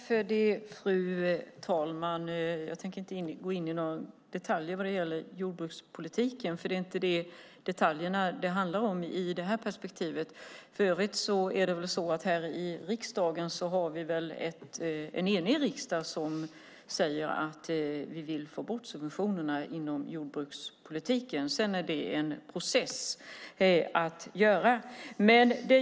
Fru talman! Jag tänker inte gå in på några detaljer vad gäller jordbrukspolitiken. Det är inte detaljerna det handlar om i det här perspektivet. För övrigt är vi eniga i riksdagen om att få bort subventionerna i jordbrukspolitiken. Det är en process.